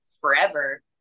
forever